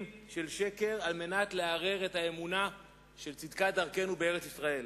של שקר כדי לערער את האמונה בצדקת דרכנו בארץ-ישראל.